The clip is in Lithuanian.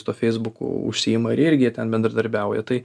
su tuo feisbuku užsiima ir jie irgi ten bendradarbiauja tai